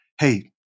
Hey